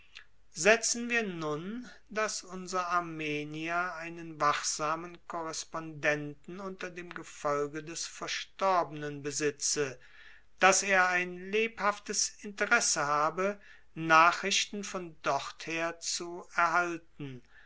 setzen wir nun daß unser armenier einen wachsamen korrespondenten unter dem gefolge des verstorbenen besitze daß er ein lebhaftes interesse habe nachrichten von dorther zu erhalten